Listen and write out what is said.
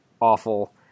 awful